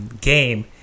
game